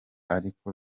ariko